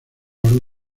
algo